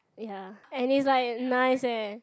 ya and is like nice leh